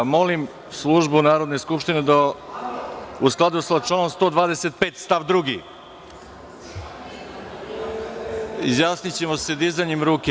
Molim Službu Narodne skupštine da u skladu sa članom 125. stav 2. da se izjasnimo dizanjem ruke.